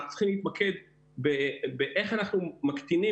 אנחנו צריכים להתמקד באיך אנחנו מקטינים